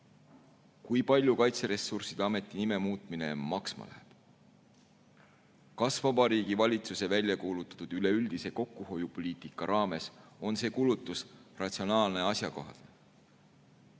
Kui palju Kaitseressursside Ameti nime muutmine maksma läheb? Kas Vabariigi Valitsuse välja kuulutatud üleüldise kokkuhoiupoliitika raames on see kulutus ratsionaalne ja asjakohane?